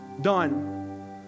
done